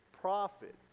profit